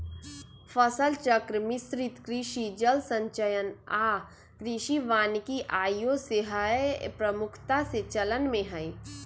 फसल चक्र, मिश्रित कृषि, जल संचयन आऽ कृषि वानिकी आइयो सेहय प्रमुखता से चलन में हइ